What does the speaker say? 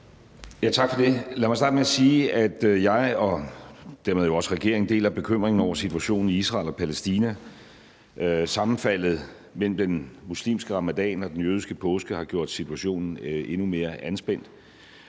Tak for det. Lad mig starte med at sige, at jeg og dermed jo også regeringen deler bekymringen over situationen i Israel og Palæstina. Sammenfaldet mellem den muslimske ramadan og den jødiske påske har gjort situationen endnu mere anspændt.